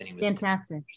Fantastic